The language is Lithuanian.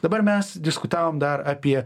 dabar mes diskutavom dar apie